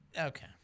okay